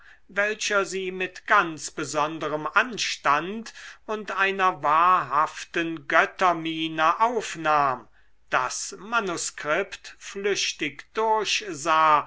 welcher sie mit ganz besonderem anstand und einer wahrhaften gönnermiene aufnahm das manuskript flüchtig durchsah